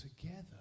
together